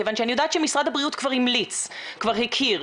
כיוון שאני יודעת שמשרד הבריאות כבר המליץ וכבר הכיר.